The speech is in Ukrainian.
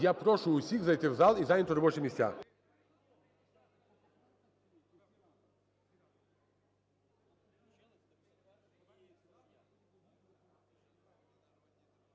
я прошу всіх зайти в зал і зайняти робочі місця.